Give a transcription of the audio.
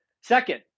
second